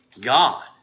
God